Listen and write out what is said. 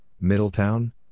Middletown